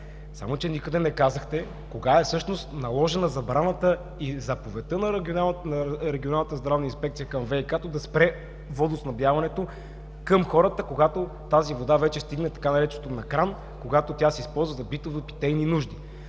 Само че никъде не казахте кога всъщност е наложена забраната и заповедта на Регионалната здравна инспекция да спре водоснабдяването към хората, когато тази вода вече стигна така нареченото „на кран“, когато тя се използва за битови и питейни нужди.